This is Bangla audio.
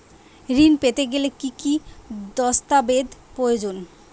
ঋণ পেতে গেলে কি কি দস্তাবেজ প্রয়োজন?